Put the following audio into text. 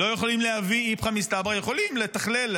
לא יכולים להביא "איפכא מסתברא"; יכולים לתכלל,